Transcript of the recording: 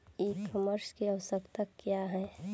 ई कॉमर्स की आवशयक्ता क्या है?